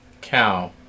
cow